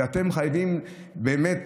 ואתם חייבים באמת